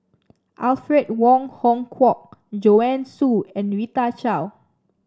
Alfred Wong Hong Kwok Joanne Soo and Rita Chao